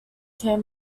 can